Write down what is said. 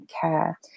care